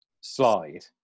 slide